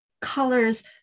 colors